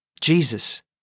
Jesus